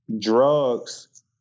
drugs